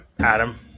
Adam